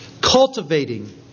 cultivating